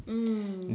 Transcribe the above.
mm